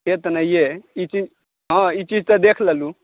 से तऽ नहिए अइ ई चीज हँ ई चीज तऽ देखि लेलहुँ